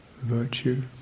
virtue